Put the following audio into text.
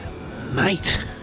night